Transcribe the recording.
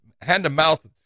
hand-to-mouth